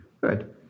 good